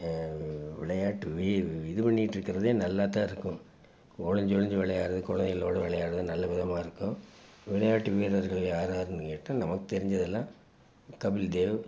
விளையாட்டு இது பண்ணிக்கிட்டிருக்குறதே நல்லாத்தான் இருக்கும் ஒளிஞ்சு ஒளிஞ்சு விளையாட்றது குழந்தைங்களோட விளையாட்றது நல்ல விதமாக இருக்கும் விளையாட்டு வீரர்கள் யாராரென்னு கேட்டால் நமக்கு தெரிஞ்சதெலாம் கபில் தேவ்